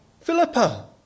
Philippa